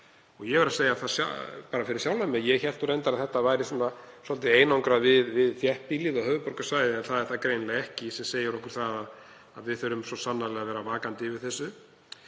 Ég verð að segja það fyrir sjálfan mig að ég hélt reyndar að þetta væri einangrað við þéttbýlið og höfuðborgarsvæðið. Það er það greinilega ekki, sem segir okkur að við þurfum svo sannarlega að vera vakandi yfir þessu.